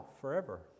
forever